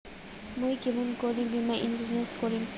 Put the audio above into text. মুই কেমন করি বীমা ইন্সুরেন্স করিম?